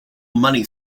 money